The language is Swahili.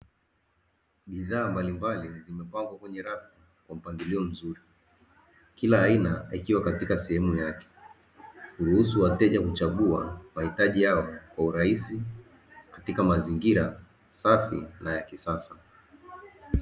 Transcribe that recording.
Bidhaa mbalimbali zimepangwa kwenye rafu kwa mpangilio mzuri, kila aina ikiwa katika sehemu yake kuruhusu wateja kuchagua mahitaji yao kwa urahisi katika mazingira safi na ya kisasa.